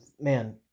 man